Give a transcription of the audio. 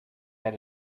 had